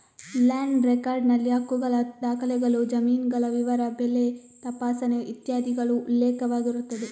land record ನಲ್ಲಿ ಹಕ್ಕುಗಳ ದಾಖಲೆಗಳು, ಜಮೀನುಗಳ ವಿವರ, ಬೆಳೆ ತಪಾಸಣೆ ಇತ್ಯಾದಿಗಳು ಉಲ್ಲೇಖವಾಗಿರುತ್ತದೆ